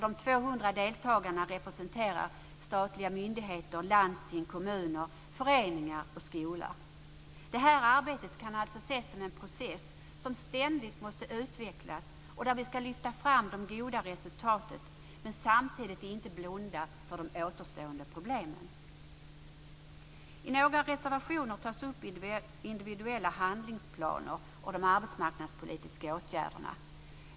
De 200 deltagarna representerar statliga myndigheter, landsting, kommuner, föreningar och skolor. Det här arbetet kan alltså ses som en process som ständigt måste utvecklas. Vi ska lyfta fram de goda resultaten och samtidigt inte blunda för de återstående problemen. I några reservationer tas individuella handlingsplaner och de arbetsmarknadspolitiska åtgärderna upp.